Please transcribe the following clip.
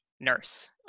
nurse